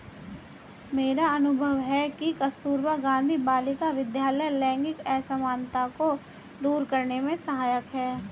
मेरा अनुभव है कि कस्तूरबा गांधी बालिका विद्यालय लैंगिक असमानता को दूर करने में सहायक है